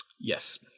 Yes